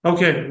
Okay